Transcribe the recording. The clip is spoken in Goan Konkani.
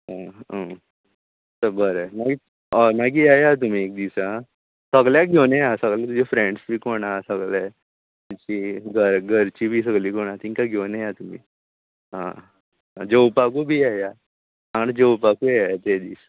चल बरें हय मागीर येया तुमी एक दीस आं सगल्यांक घेवन येया तुजे फ्रेंड्स बी कोण आसा सगळे जी घरचीं बी सगलीं कोण आसा तेंकां घेवन येयात आं जेवपाकू बी येया आनी जेवपाकू येया ते दीस